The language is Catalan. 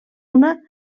una